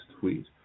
tweet